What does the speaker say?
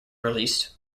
released